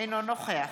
אינו נוכח